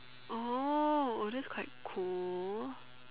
oh that's quite cool